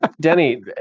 Denny